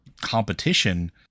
competition